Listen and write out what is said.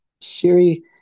Siri